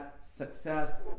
success